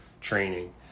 training